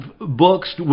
books